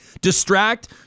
Distract